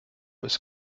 ist